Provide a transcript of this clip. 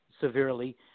severely